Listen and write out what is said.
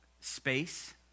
space